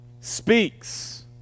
Speaks